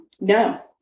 No